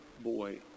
boy